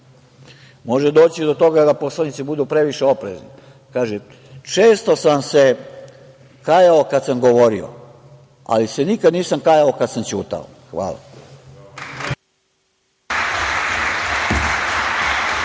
Može doći do toga da poslanici budu previše oprezni. Ima izreka koja kaže: „Često sam se kajao kada sam govorio, ali se nikada nisam kajao kada sam ćutao.“ Hvala.